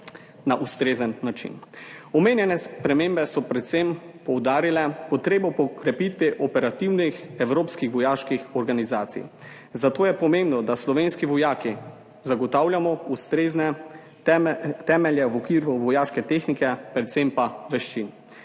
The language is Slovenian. na ustrezen način. Omenjene spremembe so predvsem poudarile potrebo po krepitvi operativnih evropskih vojaških organizacij, zato je pomembno, da slovenski vojaki zagotavljamo ustrezne temelje v okviru vojaške tehnike, predvsem pa veščin.